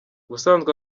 ubusanzwe